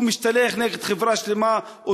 שהוא משתלח נגד חברה שלמה,